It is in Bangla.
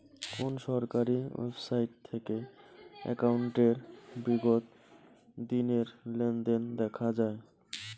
কোন সরকারি ওয়েবসাইট থেকে একাউন্টের বিগত দিনের লেনদেন দেখা যায়?